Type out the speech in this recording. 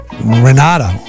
Renato